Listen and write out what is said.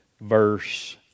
verse